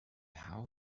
how